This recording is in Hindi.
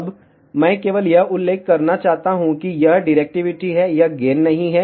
अब मैं केवल यह उल्लेख करना चाहता हूं कि यह डिरेक्टिविटी है यह गेन नहीं है